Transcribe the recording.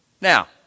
Now